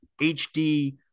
HD